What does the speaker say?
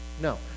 No